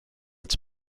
its